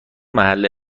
محل